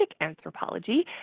anthropology